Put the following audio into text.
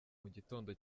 mugitondo